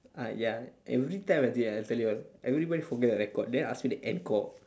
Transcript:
ah ya every time I did ah I tell you ah everybody forget to record then ask me to encore